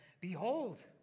Behold